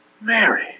Mary